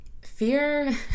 fear